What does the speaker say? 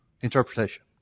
interpretation